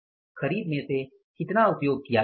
खरीद में से कितना उपयोग किया गया है